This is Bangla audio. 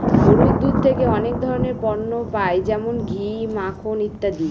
গরুর দুধ থেকে অনেক ধরনের পণ্য পাই যেমন ঘি, মাখন ইত্যাদি